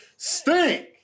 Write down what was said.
Stink